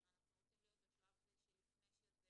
כי הרי אנחנו רוצים להיות בשלב שלפני שזה